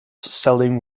selling